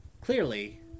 Clearly